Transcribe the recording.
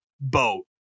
boat